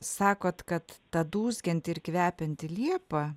sakot kad ta dūzgianti ir kvepianti liepa